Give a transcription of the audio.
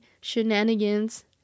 shenanigans